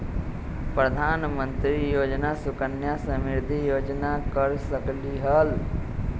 प्रधानमंत्री योजना सुकन्या समृद्धि योजना कर सकलीहल?